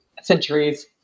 centuries